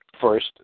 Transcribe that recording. first